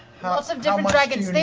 lots of different dragons, they've